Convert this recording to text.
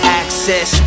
access